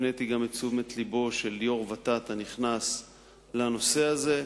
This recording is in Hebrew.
הפניתי גם את תשומת לבו של יושב-ראש ות"ת הנכנס לנושא הזה.